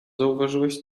zauważyłeś